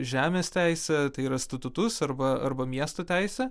žemės teisę tai yra statutus arba arba miesto teisę